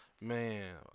Man